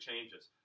changes